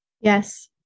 Yes